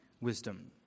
wisdom